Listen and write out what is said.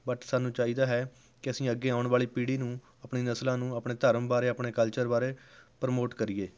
but ਸਾਨੂੰ ਚਾਹੀਦਾ ਹੈ ਕਿ ਅਸੀਂ ਅੱਗੇ ਆਉਣ ਵਾਲੀ ਪੀੜ੍ਹੀ ਨੂੰ ਆਪਣੀ ਨਸਲਾਂ ਨੂੰ ਆਪਣੇ ਧਰਮ ਬਾਰੇ ਆਪਣੇ ਕਲਚਰ ਬਾਰੇ ਪ੍ਰਮੋਟ ਕਰੀਏ